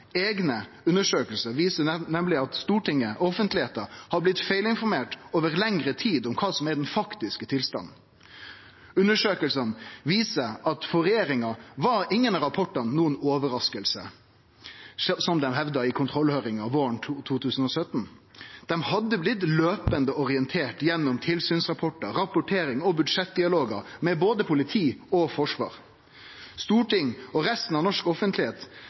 eigne undersøkingar viser nemleg at Stortinget og offentlegheita har blitt feilinformert over lengre tid om kva som er den faktiske tilstanden. Undersøkingane viser at for regjeringa var ingen av rapportane noka overrasking, slik dei hevda i kontrollhøyringa våren 2017. Dei hadde blitt løpande orienterte gjennom tilsynsrapportar, rapportering og budsjettdialogar med både politi og forsvar. For Stortinget og resten av norsk offentlegheit